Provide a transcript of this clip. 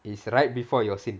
it's right before your scene